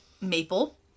maple